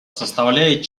составляет